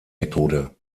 methode